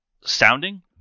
sounding